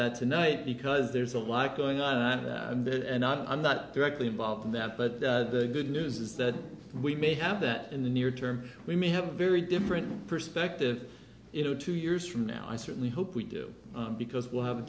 that tonight because there's a lot going on and i'm not directly involved in that but the good news is that we may have that in the near term we may have a very different perspective you know two years from now i certainly hope we do because we'll have a